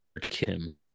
Kim